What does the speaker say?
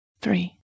three